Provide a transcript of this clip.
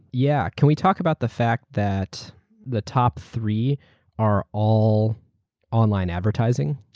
yeah. can we talk about the fact that the top three are all online advertising?